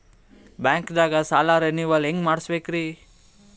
ಬ್ಯಾಂಕ್ದಾಗ ಸಾಲ ರೇನೆವಲ್ ಹೆಂಗ್ ಮಾಡ್ಸಬೇಕರಿ?